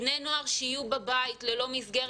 בני נוער שיהיו בבית ללא מסגרת,